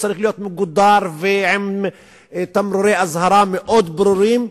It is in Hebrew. הוא צריך להיות מגודר ועם תמרורי אזהרה מאוד ברורים.